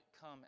come